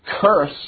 Curse